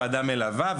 ועדה מלווה,